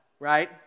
right